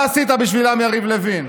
מה עשית בשבילם, יריב לוין?